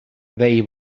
they